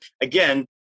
again